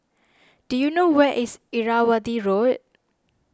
do you know where is Irrawaddy Road